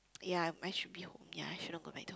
ya I should be home ya I should not go back to hall